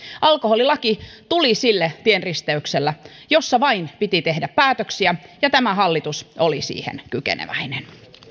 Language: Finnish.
alkoholilaki tuli sille tienristeykselle jossa vain piti tehdä päätöksiä ja tämä hallitus oli siihen kykeneväinen